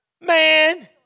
Man